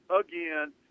again